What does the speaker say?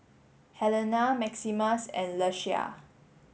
Helena Maximus and Ieshia